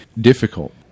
difficult